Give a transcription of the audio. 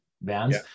bands